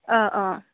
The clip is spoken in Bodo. औ औ